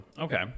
okay